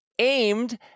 Aimed